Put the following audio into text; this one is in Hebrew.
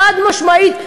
חד-משמעית,